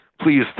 please